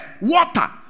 water